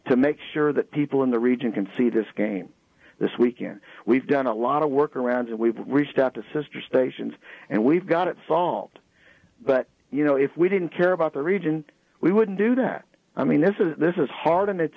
to make sure that people in the region can see this game this weekend we've done a lot of work arounds and we've reached out to sister stations and we've got it solved but you know if we didn't care about the region we wouldn't do that i mean this is this is hard and it's